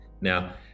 Now